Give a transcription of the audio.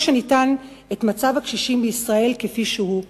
שניתן את מצב הקשישים בישראל כפי שהוא,